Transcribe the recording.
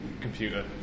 computer